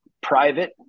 private